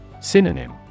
Synonym